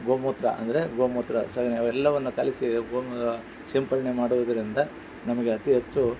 ಗೋ ಮೂತ್ರ ಅಂದರೆ ಗೋ ಮೂತ್ರ ಸಗಣಿ ಅವೆಲ್ಲಾವನ್ನು ಕಲಿಸಿ ಗೋ ಸಿಂಪರಣೆ ಮಾಡೋದರಿಂದ ನಮಗೆ ಅತೀ ಹೆಚ್ಚು